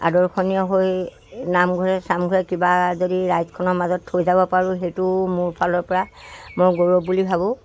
আদৰ্শনীয় হৈ নামঘৰে চামঘৰে কিবা যদি ৰাইখনৰ মাজত থৈ যাব পাৰোঁ সেইটো মোৰ ফালৰ পৰা মই গৌৰৱ বুলি ভাবোঁ